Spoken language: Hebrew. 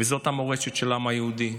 וזאת המורשת של העם היהודי.